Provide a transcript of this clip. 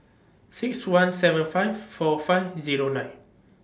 six one seven five four five Zero nine